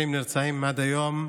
90 נרצחים עד היום,